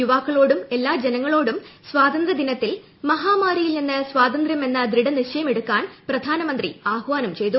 യുവാ ക്കളോടും എല്ലാ ജനങ്ങളോടും സ്വാതന്ത്രൃദിനത്തിന്റെ അന്ന് മഹാമാ രിയിൽ നിന്ന് സ്വാതന്ത്യമെന്ന ദൃഢനിശ്ചയമെടുക്കണമെന്ന് പ്രധാനമന്ത്രി ആഹ്വാനം ചെയ്തു